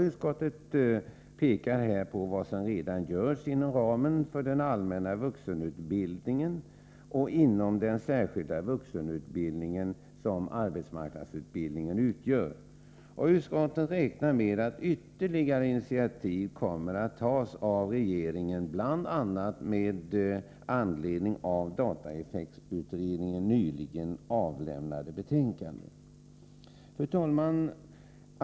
Utskottet pekar här på vad som redan görs inom ramen för den allmänna vuxenutbildningen och inom den särskilda vuxenutbildning som arbetsmarknadsutbildningen utgör. Utskottet räknar med att ytterligare initiativ kommer att tas av regeringen bl.a. med anledning av dataeffektutredningens nyligen avlämnade betänkande. Fru talman!